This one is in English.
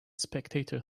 spectator